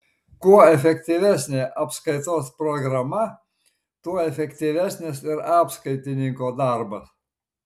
kuo efektyvesnė apskaitos programa tuo efektyvesnis ir apskaitininko darbas